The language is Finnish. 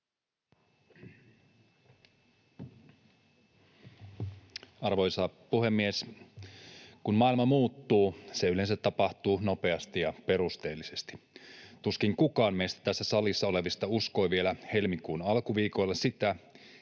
Arvoisa puhemies! Kun maailma muuttuu, se yleensä tapahtuu nopeasti ja perusteellisesti. Tuskin kukaan meistä tässä salissa olevista uskoi vielä helmikuun alkuviikoilla sitä,